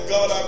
God